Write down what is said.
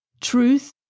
truth